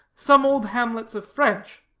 some old hamlets of french.